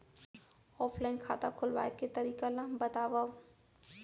Offline खाता खोलवाय के तरीका ल बतावव?